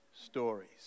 stories